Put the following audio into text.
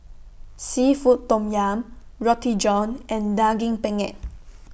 Seafood Tom Yum Roti John and Daging Penyet